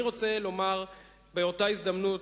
אני רוצה לומר באותה הזדמנות,